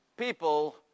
people